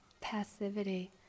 passivity